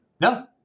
No